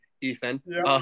Ethan